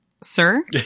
sir